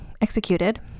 executed